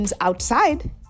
outside